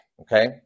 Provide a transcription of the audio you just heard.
Okay